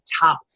top